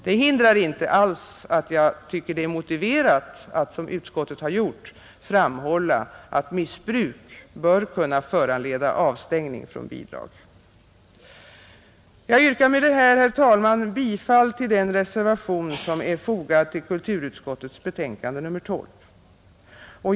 Det hindrar inte alls att jag tycker det är motiverat att, som utskottet gjort, framhålla att missbruk bör kunna föranleda avstängning från bidrag. Jag yrkar med detta, herr talman, bifall till den reservation som är fogad vid kulturutskottets betänkande nr 12.